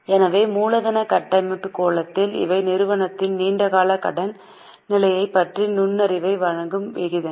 எனவே மூலதன கட்டமைப்பு கோணத்தில் இவை நிறுவனத்தின் நீண்டகால கடன் நிலையைப் பற்றிய நுண்ணறிவை வழங்கும் விகிதங்கள்